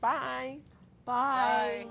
bye bye